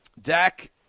Dak